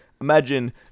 Imagine